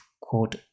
quote